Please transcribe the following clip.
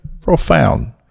profound